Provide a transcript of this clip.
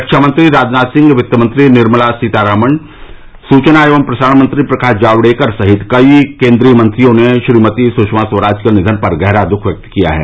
रक्षा मंत्री राजनाथ सिंह वित्त मंत्री निर्मला सीतारामन सूचना एवं प्रसारण मंत्री प्रकाश जावड़ेकर सहित कई केन्द्रीय मंत्रियों ने श्रीमती सुषमा स्वराज के निधन पर गहरा द्ख व्यक्त किया है